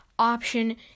option